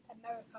America